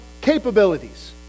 capabilities